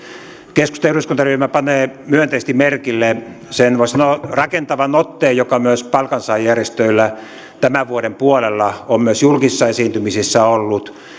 keskustan eduskuntaryhmä panee myönteisesti merkille sen sen voisi sanoa rakentavan otteen joka myös palkansaajajärjestöillä tämän vuoden puolella on myös julkisissa esiintymisissä ollut